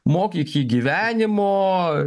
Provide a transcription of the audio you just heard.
mokyk jį gyvenimo